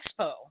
expo